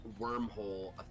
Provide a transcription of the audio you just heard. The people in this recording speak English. wormhole